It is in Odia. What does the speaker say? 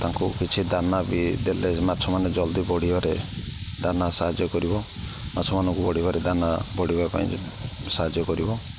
ତାଙ୍କୁ କିଛି ଦାନା ବି ଦେଲେ ମାଛ ମାନେ ଜଲ୍ଦି ବଢ଼ିବାରେ ଦାନା ସାହାଯ୍ୟ କରିବ ମାଛମାନଙ୍କୁ ବଢ଼ିବାରେ ଦାନା ବଢ଼ିବା ପାଇଁ ସାହାଯ୍ୟ କରିବ